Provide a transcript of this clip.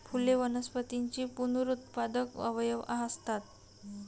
फुले वनस्पतींचे पुनरुत्पादक अवयव असतात